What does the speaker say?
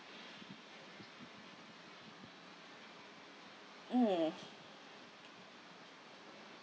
mm